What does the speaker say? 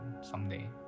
someday